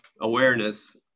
awareness